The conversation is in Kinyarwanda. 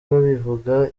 babivuga